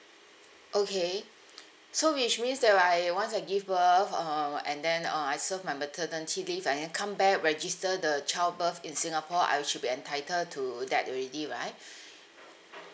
okay so which means that I once I give birth um and then uh I serve my maternity leave and then come back register the child birth in singapore I should be entitled to that already right